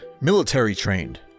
Military-trained